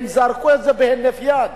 הם זרקו את זה בהינף יד.